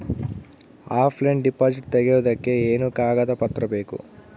Offline deposit ತೆಗಿಯೋದಕ್ಕೆ ಏನೇನು ಕಾಗದ ಪತ್ರ ಬೇಕು?